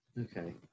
Okay